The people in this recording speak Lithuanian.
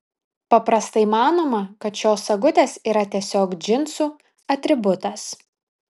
paprastai manoma kad šios sagutės yra tiesiog džinsų atributas